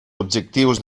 objectius